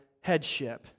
headship